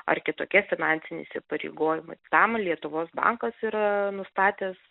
ar kitokie finansiniai įsipareigojimai tam lietuvos bankas yra nustatęs